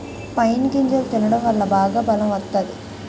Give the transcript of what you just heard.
pine గింజలు తినడం వల్ల బాగా బలం వత్తాది